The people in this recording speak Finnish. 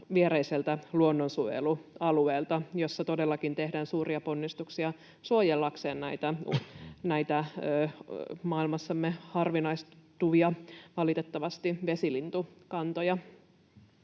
viereiseltä luonnonsuojelualueelta, jossa todellakin tehdään suuria ponnistuksia näiden maailmassamme valitettavasti harvinaistuvien vesilintukantojen